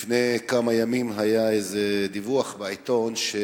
לפני כמה ימים היה איזה דיווח בעיתון על כך